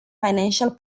financial